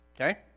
Okay